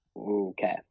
okay